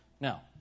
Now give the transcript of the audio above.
Now